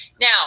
Now